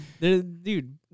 Dude